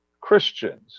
Christians